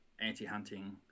anti-hunting